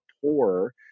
poor